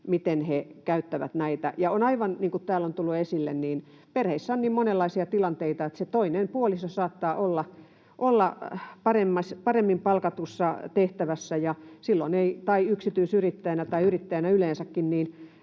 aivan totta, niin kuin täällä on tullut esille, että perheissä on niin monenlaisia tilanteita, että se toinen puoliso saattaa olla paremmin palkatussa tehtävässä tai yksityisyrittäjänä tai yrittäjänä yleensäkin,